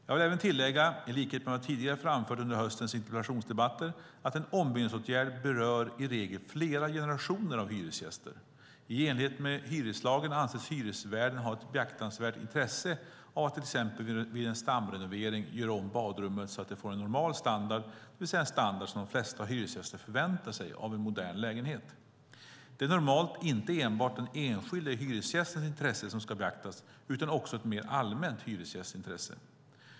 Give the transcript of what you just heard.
Jag vill även tillägga, i likhet med vad jag tidigare framfört under höstens interpellationsdebatter, att en ombyggnadsåtgärd i regel berör flera generationer av hyresgäster. I enlighet med hyreslagen anses hyresvärden ha ett beaktansvärt intresse av att till exempel vid en stamrenovering göra om badrummet så att det får en normal standard, det vill säga en standard som de flesta hyresgäster förväntar sig av en modern lägenhet. Det är normalt inte enbart den enskilde hyresgästens intresse som ska beaktas utan också ett mer allmänt hyresgästintresse.